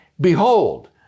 Behold